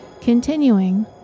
continuing